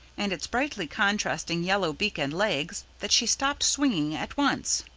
and its brightly contrasting yellow beak and legs, that she stopped swinging at once.